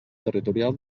territorial